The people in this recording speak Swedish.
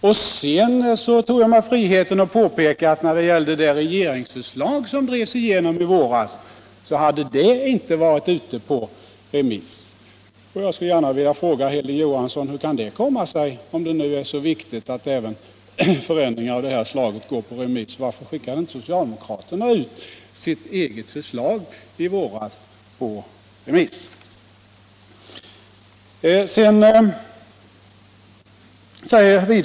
Jag tog mig friheten påpeka att det regeringsförslag som drevs igenom i våras inte hade varit ute på remiss. Jag skulle gärna vilja fråga Hilding Johansson: Hur kan det komma sig, om det nu är så viktigt att förändringar av detta slag går ut på remiss? Varför skickade inte socialdemokraterna ut sitt eget förslag i våras på remiss?